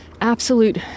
Absolute